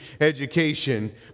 education